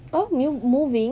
oh new moving